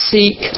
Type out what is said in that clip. Seek